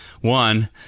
one